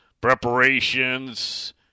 Preparations